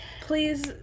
please